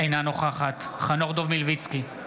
אינה נוכחת חנוך דב מלביצקי,